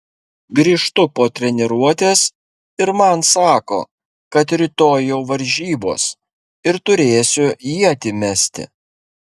grįžtu po treniruotės ir man sako kad rytoj jau varžybos ir turėsiu ietį mesti